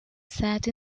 sat